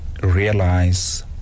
realize